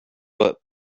but